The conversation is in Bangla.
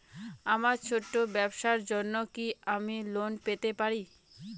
আমার ছোট্ট ব্যাবসার জন্য কি আমি লোন পেতে পারি?